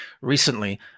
recently